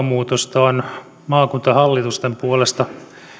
muutosta olen maakuntahallitusten puolesta